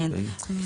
כן.